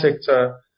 sector